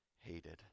hated